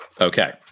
Okay